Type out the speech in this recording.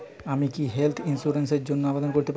আমি কি health insurance র জন্য আবেদন করতে পারি?